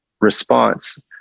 response